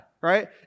right